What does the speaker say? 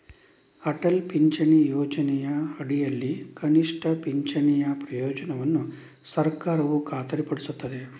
ಅಟಲ್ ಪಿಂಚಣಿ ಯೋಜನೆಯ ಅಡಿಯಲ್ಲಿ ಕನಿಷ್ಠ ಪಿಂಚಣಿಯ ಪ್ರಯೋಜನವನ್ನು ಸರ್ಕಾರವು ಖಾತರಿಪಡಿಸುತ್ತದೆ